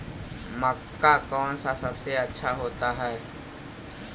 मक्का कौन सा सबसे अच्छा होता है?